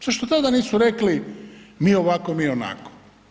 Zašto tada nisu rekli, mi ovako, mi onako?